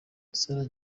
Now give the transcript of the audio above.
sarah